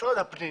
משרד הפנים